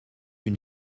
une